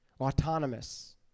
autonomous